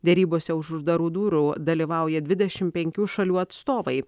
derybose už uždarų durų dalyvauja dvidešim penkių šalių atstovai